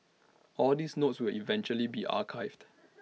all these notes will eventually be archived